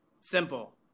Simple